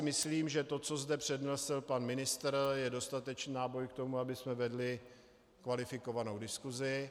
Myslím si, že to, co zde přednesl pan ministr, je dostatečný náboj k tomu, abychom vedli kvalifikovanou diskusi.